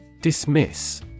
Dismiss